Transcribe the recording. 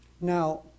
Now